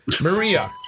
Maria